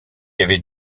avait